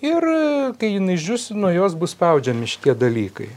ir kai jin išdžius nuo jos bus spaudžiami šitie dalykai